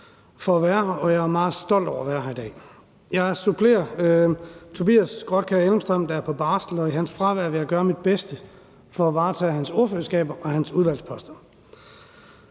for at kunne være her, og jeg er meget stolt over at være her i dag. Jeg er stedfortræder for Tobias Grotkjær Elmstrøm, der er på barsel, og i hans fravær vil jeg gøre mit bedste for at varetage hans ordførerskaber og hans udvalgsposter.